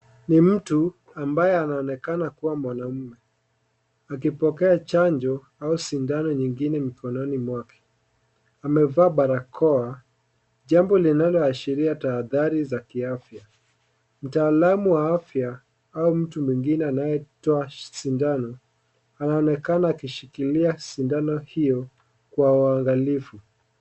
Ni mtu ambaye anaonekana kuwa mwanaume akipokea chanjo au sindano nyingine mkononi mwake. Amevaa barakoa, jambo linaooashiria tahadhari za kiafya. Mtaalamu wa afya au mtu mwingine anayetoa sindano anaonekana akishikilia sindano hiyo kwa uangalifu.